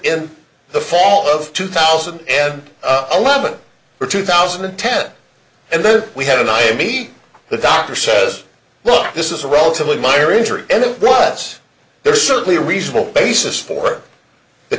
in the fall of two thousand and eleven or two thousand and ten and then we had a nice meet the doctor says well this is a relatively minor injury and it was there certainly a reasonable basis for the